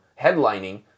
headlining